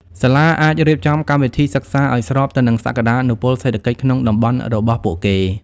សាលាអាចរៀបចំកម្មវិធីសិក្សាឱ្យស្របទៅនឹងសក្តានុពលសេដ្ឋកិច្ចក្នុងតំបន់របស់ពួកគេ។